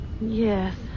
Yes